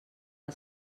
els